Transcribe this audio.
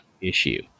...issue